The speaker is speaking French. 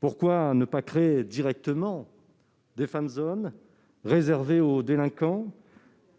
Pourquoi ne pas créer des « fan zones » réservées aux délinquants